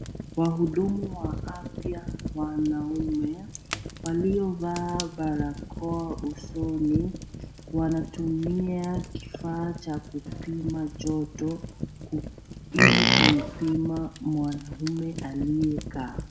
Wahudumu wa afya wanaume waliovaa barakoa usoni wanatumia kifaa cha kupima joto ili kumpima mwanaume aliyekaa.